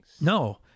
No